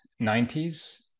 90s